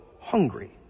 hungry